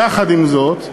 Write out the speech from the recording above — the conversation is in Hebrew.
יחד עם זאת,